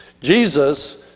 Jesus